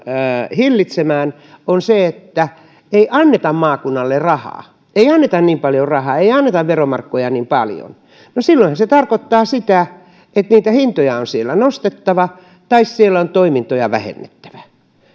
hillitsemään on se että ei anneta maakunnalle rahaa ei anneta niin paljon rahaa ei anneta veromarkkoja niin paljon niin silloinhan se tarkoittaa sitä että niitä hintoja on siellä nostettava tai siellä on toimintoja vähennettävä